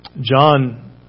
John